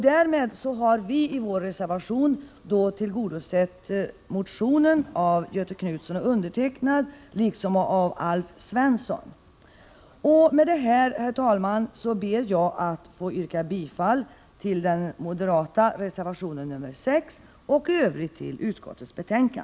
Därmed har vi i reservationen tillgodosett de krav som framförs i motionen av Göthe Knutson och mig liksom i motionen av Alf Svensson. Med detta, herr talman, ber jag att få yrka bifall till den moderata reservationen nr 6 och i övrigt till utskottets hemställan.